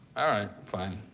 all right, fine.